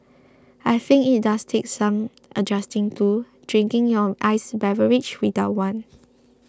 I think it does take some adjusting to drinking your iced beverage without one